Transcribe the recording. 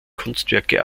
kunstwerke